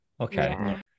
okay